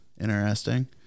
interesting